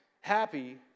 happy